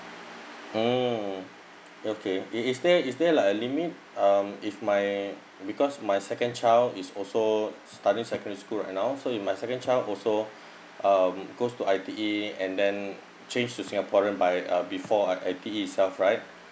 mm okay it' it's there is there like a limit um if my because my second child is also study secondary school right now so if my second child also um goes to I_T_E and then change to singaporean by uh before I appeal itself right